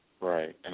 Right